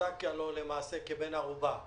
מוחזק כבן ערובה.